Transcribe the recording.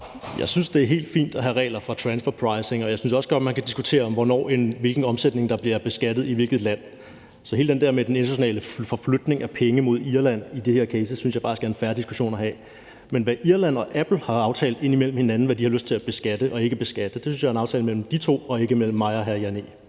Jeg synes, det er helt fint at have regler for transferpricing, og jeg synes også godt, man kan diskutere, hvilken omsætning der bliver beskattet i hvilket land. Så alt det der med den internationale forflytning af penge mod Irland i den her case synes jeg faktisk er en fair diskussion at have. Men hvad Irland og Apple har aftalt med hinanden om, hvad de har lyst til at beskatte og ikke beskatte, synes jeg er en aftale mellem de to og ikke mellem mig og hr. Jan